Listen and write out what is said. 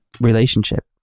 relationship